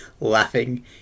laughing